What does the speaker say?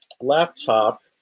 laptop